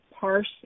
parse